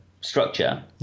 structure